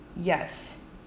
yes